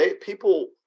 people